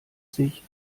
sich